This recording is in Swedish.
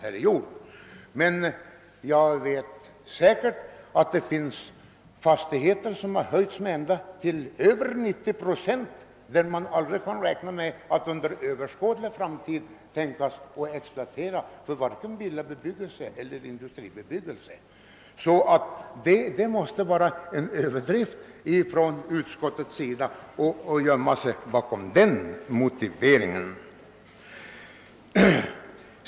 Jag vet emellertid med säkerhet att taxeringsvärdet har höjts med över 90 procent för fastigheter som inom överskådlig tid inte kan exploateras vare sig för villaeller industribebyggelse. Utskottet kan därför inte gömma sig bakom den motiveringen.